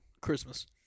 Christmas